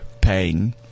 pain